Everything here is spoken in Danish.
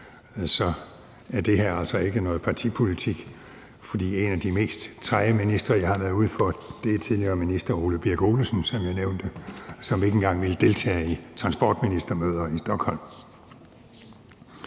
er det her altså ikke noget partipolitisk, for en af de mest træge ministre, jeg har været ude for, er tidligere minister Ole Birk Olesen, som jeg nævnte, som ikke engang ville deltage i transportministermøder i Stockholm.